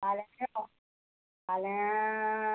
फाल्यां यो फाल्यां